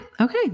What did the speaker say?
Okay